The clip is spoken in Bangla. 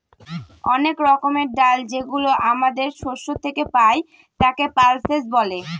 অনেক রকমের ডাল যেগুলো আমাদের শস্য থেকে পাই, তাকে পালসেস বলে